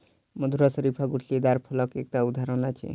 मधुर शरीफा गुठलीदार फलक एकटा उदहारण अछि